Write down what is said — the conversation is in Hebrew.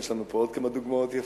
יש לנו פה עוד כמה דוגמאות יפות.